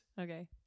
Okay